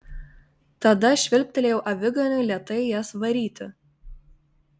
tada švilptelėjau aviganiui lėtai jas varyti